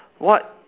what